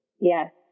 Yes